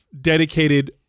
dedicated